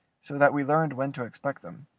so that we learned when to expect them.